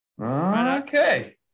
okay